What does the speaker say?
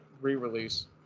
re-release